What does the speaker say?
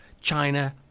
China